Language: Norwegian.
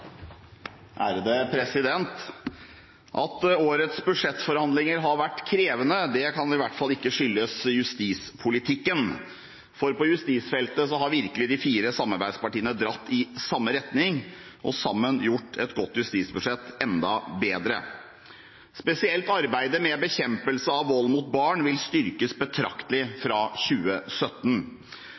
sivil klareringsmyndighet. At årets budsjettforhandlinger har vært krevende, kan i hvert fall ikke skyldes justispolitikken, for på justisfeltet har virkelig de fire samarbeidspartiene dratt i samme retning og sammen gjort et godt justisbudsjett enda bedre. Spesielt arbeidet med bekjempelse av vold mot barn vil styrkes betraktelig fra 2017.